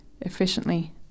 efficiently